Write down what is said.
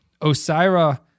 Osira